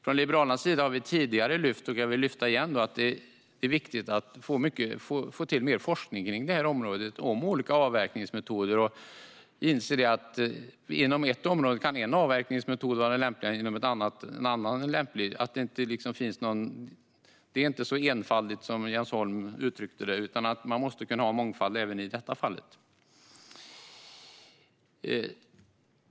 Från Liberalernas sida har vi tidigare lyft fram, och jag vill göra det igen, att det är viktigt med mer forskning om olika avverkningsmetoder och att inse att inom ett område kan en avverkningsmetod vara lämplig medan en annan avverkningsmetod kan vara lämplig inom ett annat område. Det är inte så enfaldigt, som Jens Holms uttryckte det, utan man måste kunna ha mångfald även i detta fall.